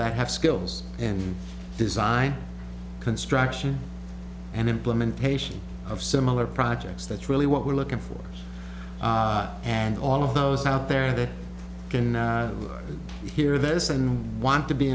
that have skills and design construction and implementation of similar projects that's really what we're looking for and all of those out there that can hear this and want to be